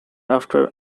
after